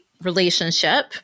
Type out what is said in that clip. relationship